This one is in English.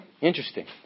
Interesting